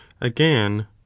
again